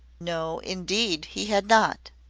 no, indeed, he had not.